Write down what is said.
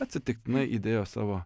atsitiktinai įdėjo savo